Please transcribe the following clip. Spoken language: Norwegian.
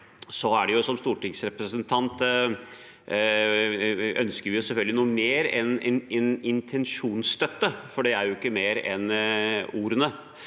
Som stortingsrepresentant ønsker man selvfølgelig noe mer enn intensjonsstøtte, for det er jo ikke mer enn ordene.